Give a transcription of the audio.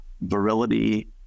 virility